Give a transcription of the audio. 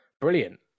brilliant